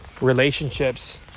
relationships